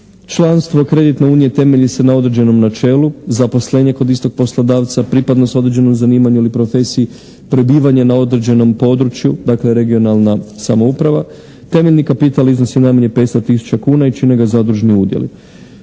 članstvo kreditne unije temelji se na određenom načelu, zaposlenje kod istog poslodavca, pripadnost određenom zanimanju ili profesiji, prebivanje na određenom području, dakle regionalna samouprava, temeljni kapital iznosi najmanje 500 tisuća kuna i čine ga zadružni udjeli.